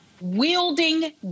wielding